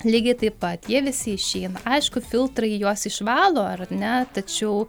lygiai taip pat jie visi išeina aišku filtrai juos išvalo ar ne tačiau